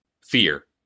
Fear